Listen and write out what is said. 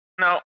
No